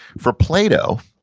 for plato,